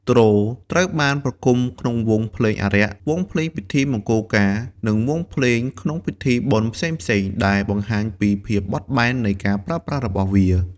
ទ្រត្រូវបានប្រគំក្នុងវង់ភ្លេងអារ័ក្ស វង់ភ្លេងពិធីមង្គលការ និងវង់ភ្លេងក្នុងពិធីបុណ្យផ្សេងៗដែលបង្ហាញពីភាពបត់បែននៃការប្រើប្រាស់របស់វា។